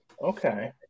okay